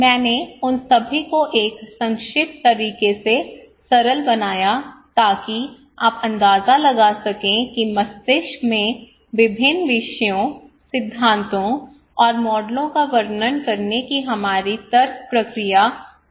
मैंने उन सभी को एक संक्षिप्त तरीके से सरल बनाया ताकि आप अंदाजा लगा सकें कि मस्तिष्क में विभिन्न विषयों सिद्धांतों और मॉडलों का वर्णन करने की हमारी तर्क प्रक्रिया कैसी है